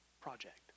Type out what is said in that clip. project